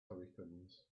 hurricanes